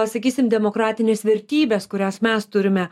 sakysim demokratines vertybes kurias mes turime